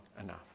enough